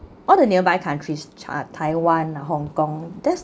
all the nearby countries chi~ taiwan hongkong there's